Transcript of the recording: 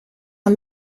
een